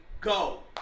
go